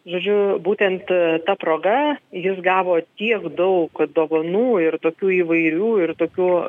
žodžiu būtent ta proga jis gavo tiek daug dovanų ir tokių įvairių ir tokių